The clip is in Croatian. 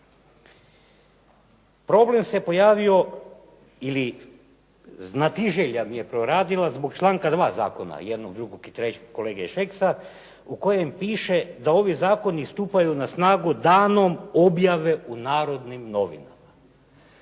Problem se pojavio ili znatiželja mi je proradila zbog članka 2. zakona jednog, drugog i trećeg kolege Šeksa u kojem piše da ovi zakoni stupaju na snagu danom objave u "Narodnim novinama".